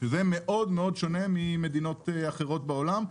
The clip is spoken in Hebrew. זה מאוד שונה ממדינות אחרות בעולם,